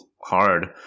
hard